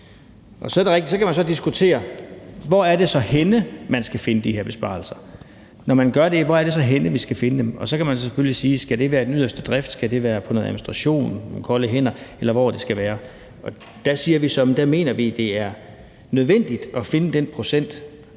så kan diskutere, hvorhenne man så skal finde de her besparelser, og når man gør det, hvorhenne vi så skal finde dem, og så kan man selvfølgelig spørge: Skal det være i den yderste drift, skal det være på noget administration, nogle kolde hænder, eller hvor skal det være? Der siger vi så, at vi mener, det er nødvendigt at finde den procent